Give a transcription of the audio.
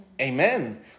Amen